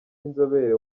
inzobere